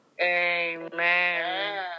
Amen